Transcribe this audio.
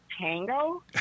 tango